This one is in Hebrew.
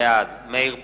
בעד מאיר פרוש,